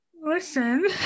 listen